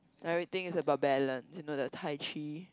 everything is about balance you know the taichi